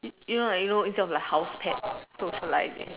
you know like you know instead of like house pet socializing